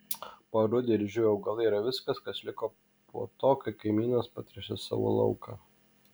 parudę ir išdžiūvę augalai yra viskas kas liko po to kai kaimynas patręšė savo lauką